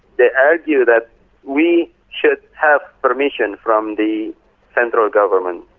they argue that we should have permission from the central government.